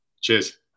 cheers